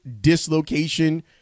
dislocation